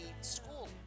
school